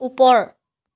ওপৰ